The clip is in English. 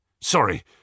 Sorry